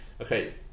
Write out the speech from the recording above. Okay